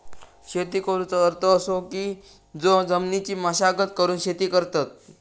शेती करुचो अर्थ असो की जो जमिनीची मशागत करून शेती करतत